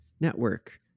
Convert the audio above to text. network